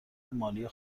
مالی